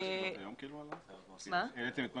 את מה